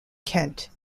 kent